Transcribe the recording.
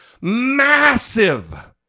massive